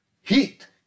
Heat